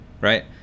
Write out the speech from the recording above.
right